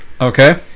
Okay